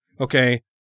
okay